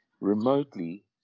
remotely